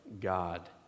God